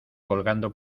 colgando